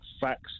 facts